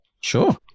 Sure